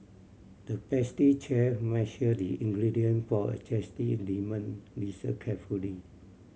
the pastry chef measured the ingredient for a zesty lemon dessert carefully